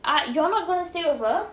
ah you're not gonna stay over